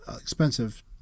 expensive